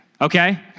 Okay